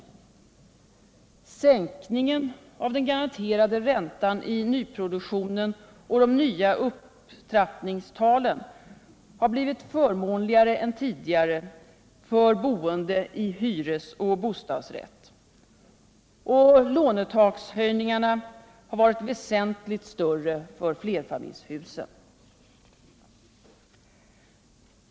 Vidare har sänkningen av den garanterade räntan i nyproduktionen och de nya upptrappningstalen blivit förmånligare än tidigare för boende i hyres och bostadsrätt. Lånetakshöjningarna har varit väsentligt större för flerfamiljshusen.